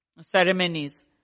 ceremonies